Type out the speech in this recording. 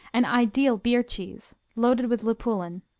an ideal beer cheese, loaded with lupulin.